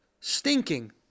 stinking